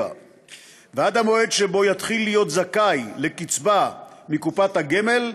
ועד המועד שבו יתחיל להיות זכאי לקצבה מקופת הגמל,